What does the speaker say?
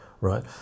right